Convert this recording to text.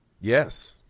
Yes